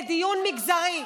מגזרי.